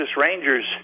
Rangers